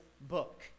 book